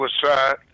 suicide